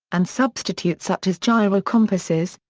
and substitutes such as gyrocompasses,